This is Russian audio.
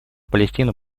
палестина